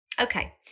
Okay